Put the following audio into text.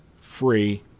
free